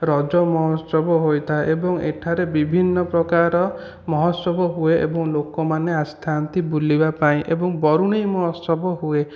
ରଜ ମହୋତ୍ସବ ହୋଇଥାଏ ଏବଂ ଏଠାରେ ବିଭିନ୍ନ ପ୍ରକାର ମହୋତ୍ସବ ହୁଏ ଏବଂ ଲୋକମାନେ ଆସିଥାନ୍ତି ବୁଲିବାପାଇଁ ଏବଂ ବରୁଣେଇ ମହୋତ୍ସବ ହୁଏ